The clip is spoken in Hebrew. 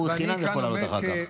הוא יכול לעלות אחר כך חינם.